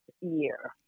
year